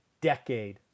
decade